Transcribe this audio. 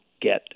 get